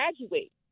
graduate